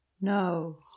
No